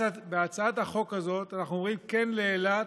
בהצעת החוק הזאת אנחנו אומרים כן לאילת,